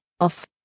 off